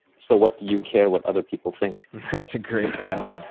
so what do you care what other people think? that's a great title.